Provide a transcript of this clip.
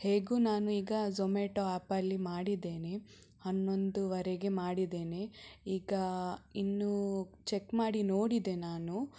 ಹೇಗೂ ನಾನು ಈಗ ಝೊಮ್ಯಾಟೋ ಆ್ಯಪಲ್ಲಿ ಮಾಡಿದ್ದೇನೆ ಹನ್ನೊಂದೂವರೆಗೆ ಮಾಡಿದ್ದೇನೆ ಈಗ ಇನ್ನೂ ಚೆಕ್ ಮಾಡಿ ನೋಡಿದೆ ನಾನು